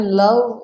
love